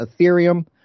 Ethereum